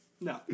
No